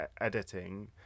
editing